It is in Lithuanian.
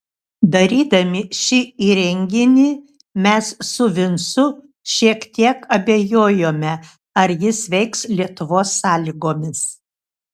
darydami šį įrenginį mes su vincu šiek tiek abejojome ar jis veiks lietuvos sąlygomis